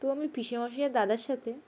তো আমি পিসেমশাই দাদার সাথে